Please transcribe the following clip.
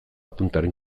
puntaren